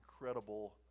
incredible